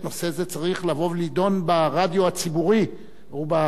ולהידון ברדיו הציבורי ובשידור הציבורי.